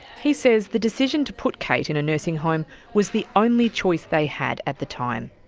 he says the decision to put kate in a nursing home was the only choice they had at the time.